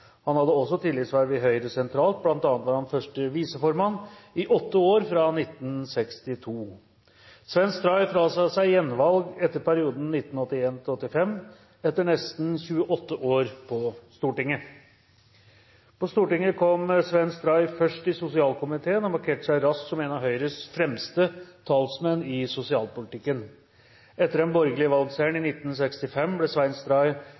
han stortingsvervet med vervet som bystyremedlem i Moss. Han hadde også tillitsverv i Høyre sentralt, bl.a. var han 1. viseformann i åtte år fra 1962. Svenn Stray frasa seg gjenvalg etter perioden 1981–1985, etter nesten 28 år på Stortinget. På Stortinget kom Svenn Stray først i sosialkomiteen og markerte seg raskt som en av